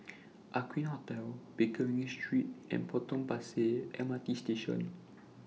Aqueen Hotel Pickering Street and Potong Pasir M R T Station